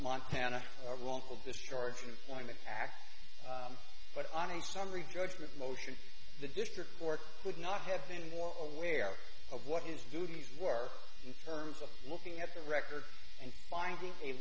montana wrongful discharge employment act but i'm in summary judgment motion the district court could not have been more aware of what his duties were in terms of looking at the record and finding a